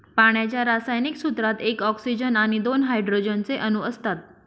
पाण्याच्या रासायनिक सूत्रात एक ऑक्सीजन आणि दोन हायड्रोजन चे अणु असतात